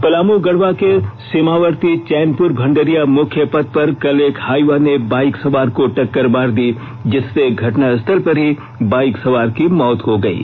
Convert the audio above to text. पलामू गढ़वा के सीमावर्ती चैनपुर मंडरिया मुख्य पथ पर कल एक हाइवा ने बाइक सवार को टक्कर मार दी जिससे घटनास्थल पर ही बाइक सवार की मौत हो गयी